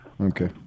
Okay